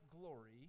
glory